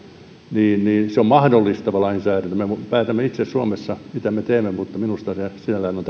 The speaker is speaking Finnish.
on mahdollistava lainsäädäntö me päätämme itse suomessa mitä me teemme mutta minusta sellainen on